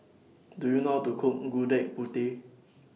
Do YOU know to Cook Gudeg Putih